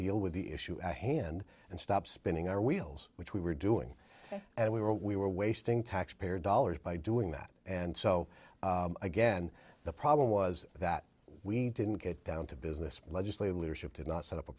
deal with the issue at hand and stop spinning our wheels which we were doing and we were we were wasting taxpayer dollars by doing that and so again the problem was that we didn't get down to business legislative leadership did not set up a